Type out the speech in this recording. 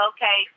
Okay